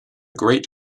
great